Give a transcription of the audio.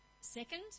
Second